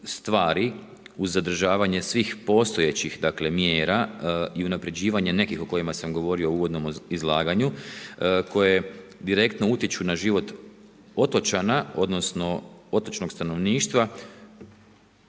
stvari uz zadržavanje svih postojećih mjera i unaprjeđivanja nekih o kojima sam govorio u uvodnom izlaganju koje direktno utječu na život otočana, odnosno otočnog stanovništva,